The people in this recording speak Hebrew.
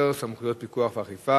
10) (סמכויות פיקוח ואכיפה),